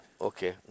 Okay